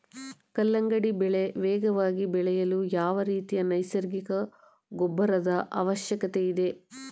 ಕಲ್ಲಂಗಡಿ ಬೆಳೆ ವೇಗವಾಗಿ ಬೆಳೆಯಲು ಯಾವ ರೀತಿಯ ನೈಸರ್ಗಿಕ ಗೊಬ್ಬರದ ಅವಶ್ಯಕತೆ ಇದೆ?